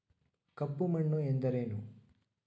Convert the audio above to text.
ಕಪ್ಪು ಮಣ್ಣು ಎಂದರೇನು?